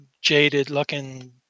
jaded-looking